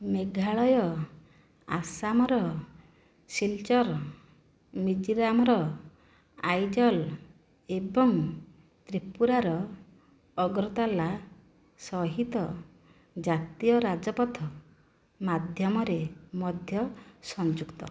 ମେଘାଳୟ ଆସାମର ସିଲଚର ମିଜୋରାମର ଆଇଜଲ ଏବଂ ତ୍ରିପୁରାର ଅଗରତାଲା ସହିତ ଜାତୀୟ ରାଜପଥ ମାଧ୍ୟମରେ ମଧ୍ୟ ସଂଯୁକ୍ତ